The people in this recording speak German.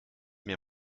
mir